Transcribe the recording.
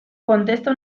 contesta